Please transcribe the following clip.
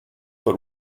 but